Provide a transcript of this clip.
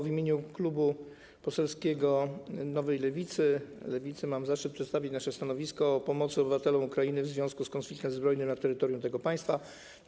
W imieniu klubu poselskiego Nowej Lewicy, Lewicy mam zaszczyt przedstawić nasze stanowisko wobec ustawy o pomocy obywatelom Ukrainy w związku z konfliktem zbrojnym na terytorium tego państwa.